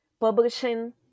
publishing